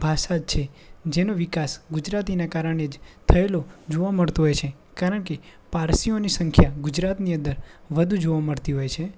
ભાષા જ છે જેનો વિકાસ ગુજરાતીના કારણે જ થયેલો જોવા મળતો હોય છે કારણકે પારસીઓની સંખ્યા ગુજરાતની અંદર વધુ જોવા મળતી હોય છે